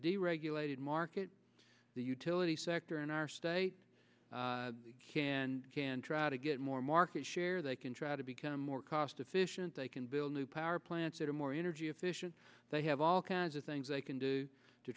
deregulated market the utility sector in our state can try to get more market share they can try to become more cost efficient they can build new power plants that are more energy efficient they have all kinds of things they can do to